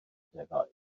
defaid